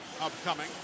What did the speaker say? upcoming